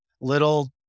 little